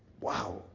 Wow